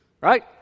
right